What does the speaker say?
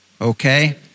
Okay